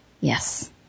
Yes